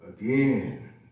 again